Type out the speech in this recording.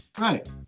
Right